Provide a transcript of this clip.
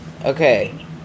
Okay